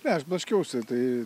ne aš blaškiausi tai